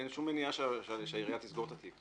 אין שום מניעה שהעירייה תסגור את התיק.